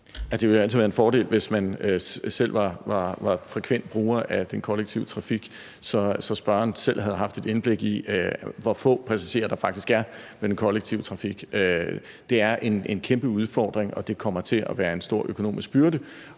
Det vil altid være en fordel, hvis man selv var frekvent bruger af den kollektive trafik, så spørgeren selv havde haft et indblik i, hvor få passagerer der faktisk er i den kollektive trafik. Det er en kæmpe udfordring, og det kommer til at være en stor økonomisk byrde